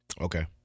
Okay